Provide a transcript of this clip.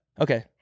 Okay